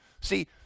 See